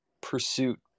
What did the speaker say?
pursuit